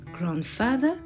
Grandfather